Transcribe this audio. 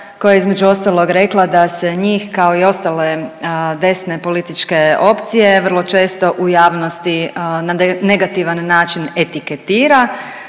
koja je između ostalog rekla da se njih kao i ostale desne politike opcije vrlo često u javnosti na negativan način etiketira.